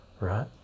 Right